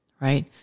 Right